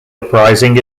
uprising